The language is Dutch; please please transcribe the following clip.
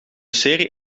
serie